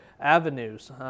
avenues